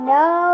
no